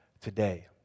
today